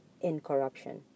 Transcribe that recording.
incorruption